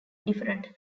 different